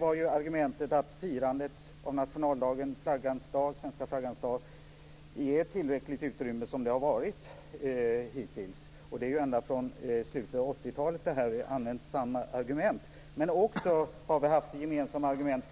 handlar om argumentet att firandet av nationaldagen, svenska flaggans dag, har fått tillräckligt utrymme som det har varit hittills. Vi har använt samma argument ända sedan slutet av 80-talet.